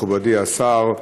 מכובדי השר,